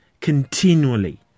continually